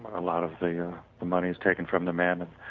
a lot of the yeah the money is taken from the men, and